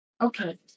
Okay